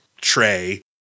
tray